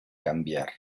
cambiar